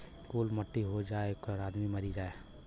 कुल मट्टी हो जाई त आदमी मरिए जाई